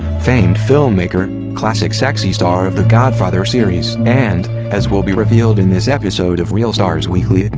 famed filmmaker, classic sexy star of the godfather series, and, as will be revealed in this episode of reel stars weekly,